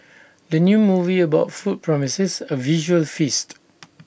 the new movie about food promises A visual feast